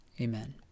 Amen